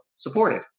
supported